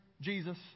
Jesus